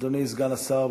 אדוני סגן השר,